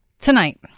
Tonight